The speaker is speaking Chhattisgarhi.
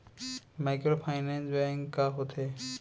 माइक्रोफाइनेंस बैंक का होथे?